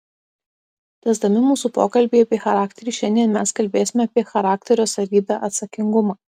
tęsdami mūsų pokalbį apie charakterį šiandien mes kalbėsime apie charakterio savybę atsakingumą